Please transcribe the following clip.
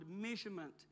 measurement